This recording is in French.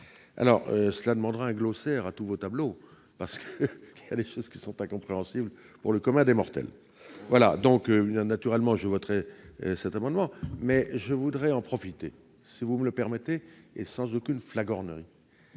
Cela demandera un glossaire en complément de tous vos tableaux, parce qu'il y a des choses qui ne sont pas compréhensibles pour le commun des mortels ... Naturellement, je voterai cet amendement. Je voudrais en profiter, si vous me le permettez et sans aucune flagornerie,